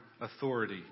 authority